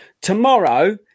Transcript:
Tomorrow